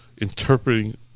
interpreting